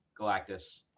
Galactus